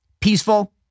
peaceful